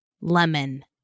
lemon